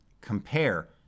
compare